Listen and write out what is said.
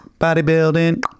bodybuilding